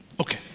Okay